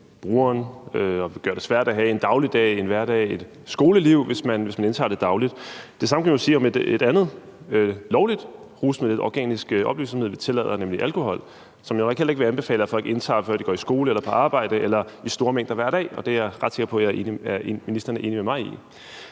brugeren og vil gøre det svært at have en dagligdag, en hverdag og et skoleliv, hvis man indtager det dagligt. Det samme kan man jo sige om et andet, lovligt rusmiddel, et organisk opløsningsmiddel. Vi tillader nemlig alkohol, som jeg jo nok heller ikke vil anbefale at folk indtager, før de går i skole eller på arbejde, eller at de indtager i store mængder hver dag, og det er jeg ret sikker på ministeren er enig med mig i.